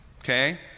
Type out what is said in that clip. Okay